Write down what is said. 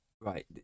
right